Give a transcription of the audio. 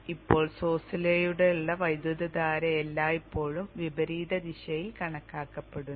ഇപ്പോൾ സോഴ്സിലൂടെയുള്ള വൈദ്യുതധാര എല്ലായ്പ്പോഴും വിപരീത ദിശയിൽ കണക്കാക്കപ്പെടുന്നു